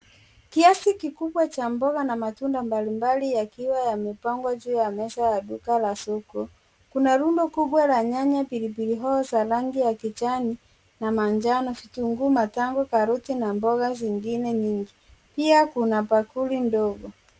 Kiasi kikubwa cha mboga na matunda mbalimbali yakiwa yamepangwa juu ya meza ya duka la soko, kuna rundo kubwa la nyanya, pilipili hoho za rangi ya kijani na manjano ,vitunguu ,matango, karoti ,na mboga zingine nyingi ,pia kuna bakuli ndogo.